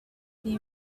you